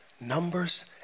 Numbers